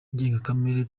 ndengakamere